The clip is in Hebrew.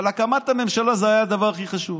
אבל הקמת הממשלה זה היה הדבר הכי חשוב.